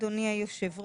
אדוני היושב ראש,